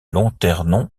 lanternon